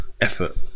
effort